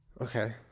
okay